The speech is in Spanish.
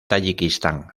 tayikistán